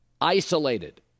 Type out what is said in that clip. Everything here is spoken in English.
Isolated